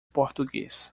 português